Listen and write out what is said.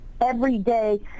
everyday